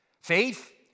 Faith